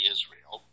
Israel